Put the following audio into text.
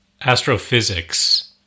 astrophysics